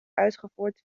uitgevoerd